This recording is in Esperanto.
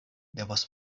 devos